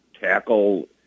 tackle